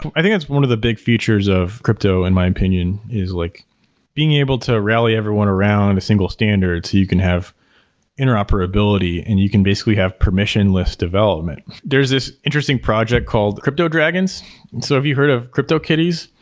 i think that's one of the big features of crypto in my opinion is like being able to rally everyone around a single standard, so you can have interoperability and you can basically have permission list development there's this interesting project called crypto dragons. so have you heard of cryptokitties?